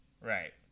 right